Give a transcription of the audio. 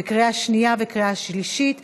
לקריאה שנייה וקריאה שלישית.